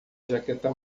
jaqueta